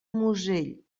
musell